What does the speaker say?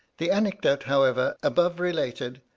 the anecdote, however, above related,